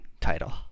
title